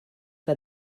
que